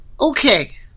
Okay